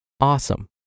awesome